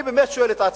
אני שואל את עצמי,